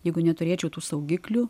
jeigu neturėčiau tų saugiklių